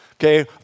Okay